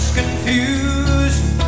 confusion